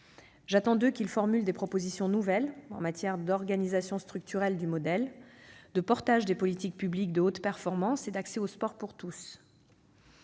J'attends d'eux qu'ils formulent des propositions nouvelles en matière d'organisation structurelle du modèle, de portage des politiques publiques de haute performance et d'accès au sport pour tous